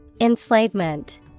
Enslavement